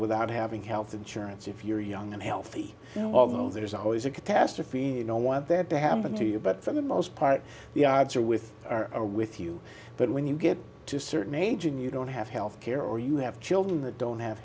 without having health insurance if you're young and healthy you know although there's always a catastrophe you know want that to happen to you but for the most part the odds are with are are with you but when you get to a certain age when you don't have health care or you have children that don't have